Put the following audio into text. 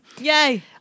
Yay